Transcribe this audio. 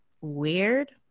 weird